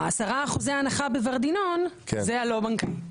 10 אחוזי הנחה בוורדינון, זאת לא בנקאית.